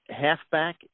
halfback